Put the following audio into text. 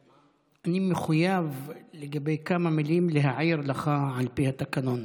אני מחויב להעיר לך לגבי כמה מילים על פי התקנון.